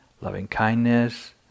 loving-kindness